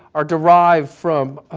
are derived from